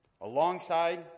alongside